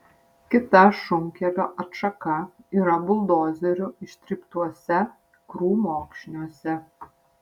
kita šunkelio atšaka yra buldozerių ištryptuose krūmokšniuose